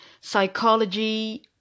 psychology